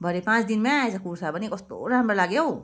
भरे पाँच दिनमै आएछ कुर्था पनि कस्तो राम्रो लाग्यो हौ